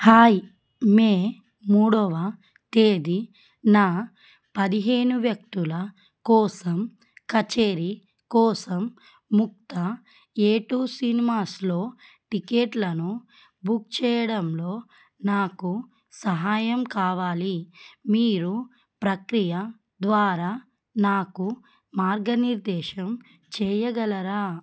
hi మే మూడోవ తేదీన పదిహేను వ్యక్తుల కోసం కచేరీ కోసం ముక్తా ఏ టూ సినిమాస్లో టిక్కెట్లను బుక్ చేయడంలో నాకు సహాయం కావాలి మీరు ప్రక్రియ ద్వారా నాకు మార్గనిర్దేశం చెయ్యగలరా